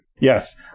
Yes